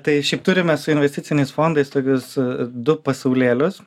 tai šiaip turime su investiciniais fondais tokius du pasaulėlius